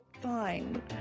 Fine